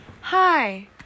Hi